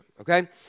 Okay